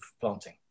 planting